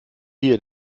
hier